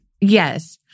Yes